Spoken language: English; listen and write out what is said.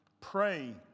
pray